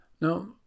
Now